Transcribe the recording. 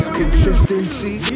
consistency